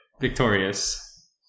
Victorious